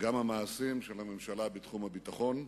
והמעשים של הממשלה בתחומי הביטחון,